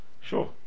Sure